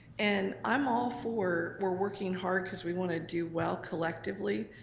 and i'm all for we're working hard cause we wanna do well collectively,